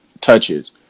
touches